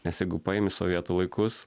nes jeigu paimi sovietų laikus